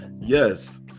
Yes